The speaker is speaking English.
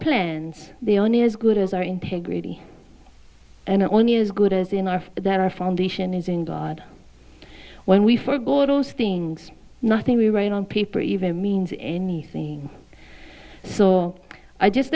plans the only as good as our integrity and are only as good as enough that our foundation is in god when we forego those things nothing we write on paper even means anything so i just